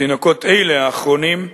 תינוקות אלה, האחרונים,